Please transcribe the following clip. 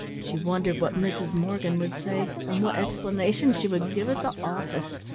she wondered what mrs. morgan would say and what explanation she would give at the office.